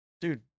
dude